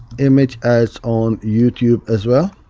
image ads on youtube as well.